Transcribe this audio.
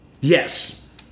Yes